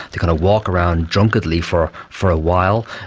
they kind of walk around drunkenly for for a while.